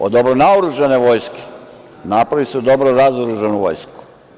Od dobro naoružane Vojske, napravili su dobro razoružanu Vojsku.